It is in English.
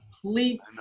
complete